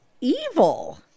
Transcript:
evil